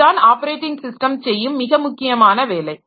இதுதான் operating system செய்யும் மிக முக்கியமான வேலை